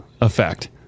effect